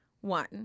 One